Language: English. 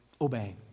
Obey